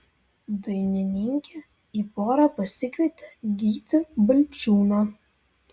dainininkė į porą pasikvietė gytį balčiūną